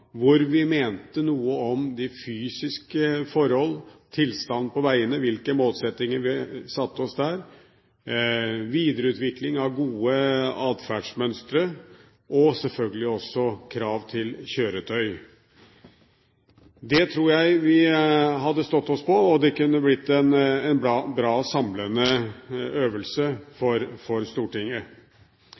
hvor vi mente noe om de fysiske forhold, tilstand på veiene, hvilke målsettinger vi satte oss der, videreutvikling av gode atferdsmønstre og selvfølgelig også krav til kjøretøy. Det tror jeg vi hadde stått oss på, og det kunne blitt en bra, samlende øvelse for Stortinget.